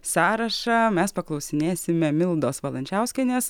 sąrašą mes paklausinėsime mildos valančiauskienės